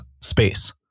space